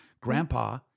Grandpa